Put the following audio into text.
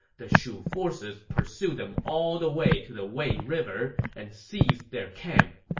the shu forces pursued them all the way to the wei river and seized their camp.